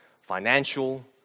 financial